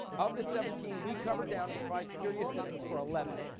of the seventeen, we cover down and provide security assistance for eleven,